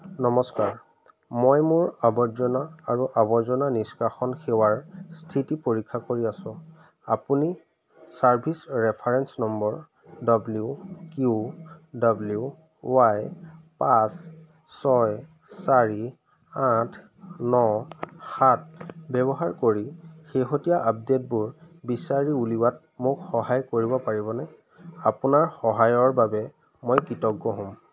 নমস্কাৰ মই মোৰ আৱৰ্জনা আৰু আৱৰ্জনা নিষ্কাশন সেৱাৰ স্থিতি পৰীক্ষা কৰি আছো আপুনি service reference number W Q W Y পাঁচ ছয় চাৰি আঠ ন সাত ব্যৱহাৰ কৰি শেহতীয়া আপডে'টবোৰ বিচাৰি উলিওৱাত মোক সহায় কৰিব পাৰিবনে আপোনাৰ সহায়ৰ বাবে মই কৃতজ্ঞ হ'ম